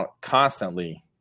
constantly